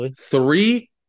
three